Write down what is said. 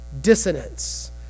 dissonance